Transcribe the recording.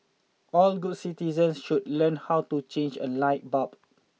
all good citizens should learn how to change a light bulb